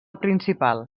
principal